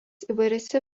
įvairiose